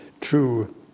true